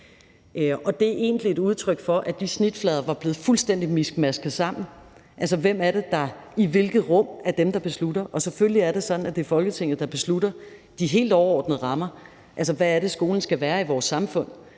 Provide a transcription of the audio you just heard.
Det er egentlig et udtryk for, at de snitflader var blevet fuldstændig miskmasket sammen. Altså hvem er det, der i hvilke rum beslutter hvad? Selvfølgelig er det sådan, at det er Folketinget, der beslutter, hvad de helt overordnede rammer skal være: Hvad er det, skolen skal være i vores samfund?